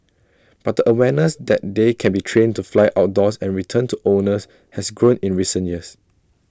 but the awareness that they can be trained to fly outdoors and return to owners has grown in recent years